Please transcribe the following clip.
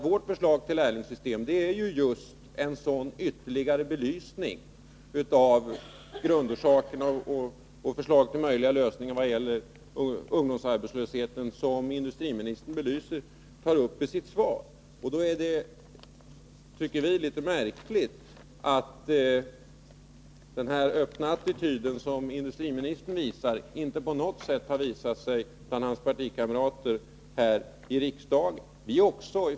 Vårt förslag innebär just en sådan ytterligare belysning av grundorsakerna — och förslag till möjliga lösningar vad gäller ungdomsarbetslösheten — som industriministern tar upp i sitt svar. Vi tycker att det är märkligt att den öppna attityd som industriministern visar inte på något sätt har visat sig bland hans partikamrater i riksdagen.